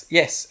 yes